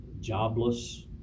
jobless